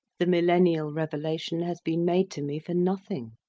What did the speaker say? the millennial revelation has been made to me for nothing.